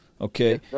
Okay